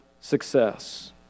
success